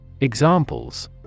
Examples